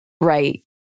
right